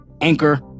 anchor